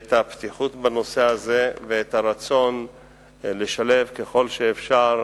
את הפתיחות בנושא הזה ואת הרצון לשלב, ככל שאפשר,